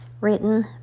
written